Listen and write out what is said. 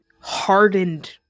hardened